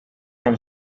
from